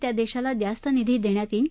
त्या देशाला जास्त निधी देण्यात येईल